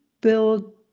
build